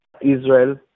Israel